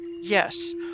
Yes